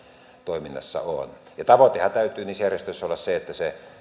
toiminnassa on ja tavoitteenhan täytyy niissä järjestöissä olla se että